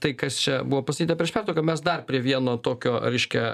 tai kas čia buvo pasakyta prieš pertrauką mes dar prie vieno tokio reiškia